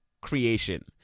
creation